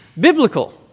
biblical